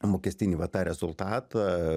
mokestinį va tą rezultatą